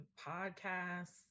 podcasts